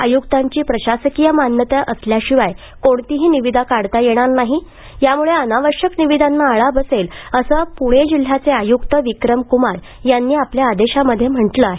आयुक्तांची प्रशासकीय मान्यता असल्याशिवाय कोणतीही निविदा काढता येणार नाही यामुळे अनावश्यक निविदांना आळा बसेल असं पुणे जिल्ह्याचे आयुक्त विक्रम कुमार यांनी आपल्या आदेशात म्हंटल आहे